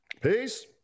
Peace